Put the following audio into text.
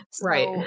Right